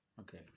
Okay